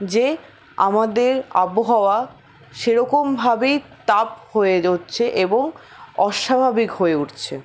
যে আমাদের আবহাওয়া সেরকমভাবেই তাপ হয়ে এবং অস্বাভাবিক হয়ে উঠছে